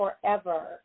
forever